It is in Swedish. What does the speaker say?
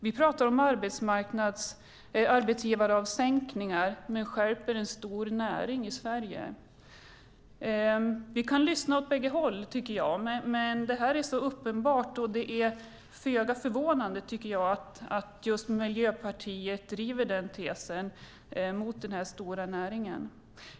Ni talar om arbetsgivaravgiftssänkningar men stjälper samtidigt en stor näring i Sverige. Vi kan lyssna åt bägge håll, tycker jag, men det är föga förvånande att just Miljöpartiet driver det här mot denna stora näring.